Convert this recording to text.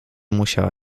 musiała